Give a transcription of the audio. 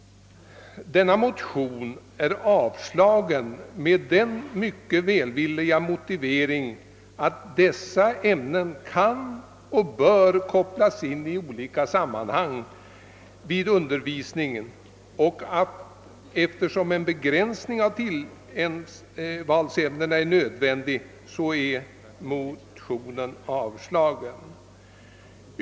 Denna motion har avstyrkts med en mycket välvillig motivering. Utskottet skriver att dessa ämnen bör ingå i undervisningen i olika ämnen och att en begränsning av tillvalsämnena är nödvändig.